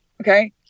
Okay